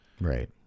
Right